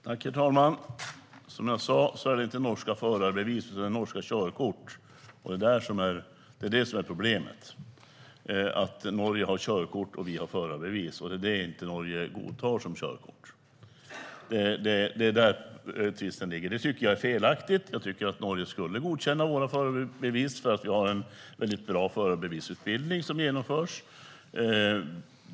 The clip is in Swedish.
Herr talman! Som jag sa är det inte norska förarbevis utan norska körkort. Det är det som är problemet - att Norge har körkort och vi förarbevis. Det är det Norge inte godtar som körkort. Det är där tvisten ligger. Jag tycker att det är felaktigt. Jag tycker att Norge skulle godkänna våra förarbevis, för vi har en väldigt bra förarbevisutbildning som genomförs.